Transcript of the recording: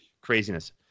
craziness